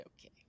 okay